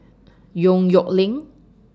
Yong Nyuk Lin